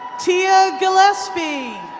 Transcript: tia gillespie.